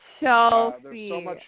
Chelsea